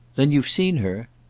then you've seen her?